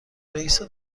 رئیس